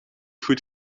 goed